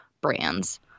brands